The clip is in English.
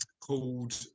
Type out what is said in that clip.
called